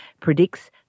predicts